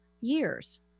years